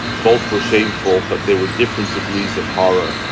both were shameful, but they were different degrees of horror.